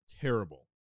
terrible